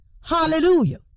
Hallelujah